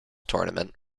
tournament